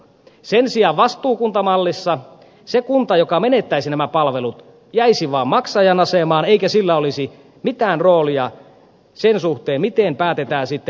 sen sijaan vastuukuntamallissa se kunta joka menettäisi nämä palvelut jäisi vain maksajan asemaan eikä sillä olisi mitään roolia sen suhteen miten päätetään palveluita järjestää